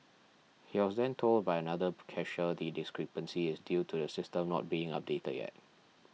he was then told by another cashier the discrepancy is due to the system not being updated yet